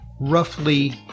roughly